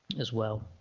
as well